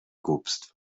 głupstw